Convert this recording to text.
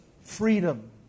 freedom